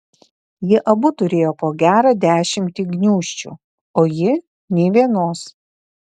jie abu turėjo po gerą dešimtį gniūžčių o ji nė vienos